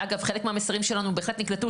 אגב, חלק מהמסרים שלנו בהחלט נקלטו.